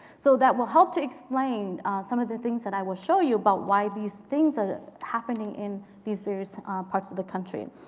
so that will help to explain some of the things that i will show you about why these things are happening in these various parts of the country.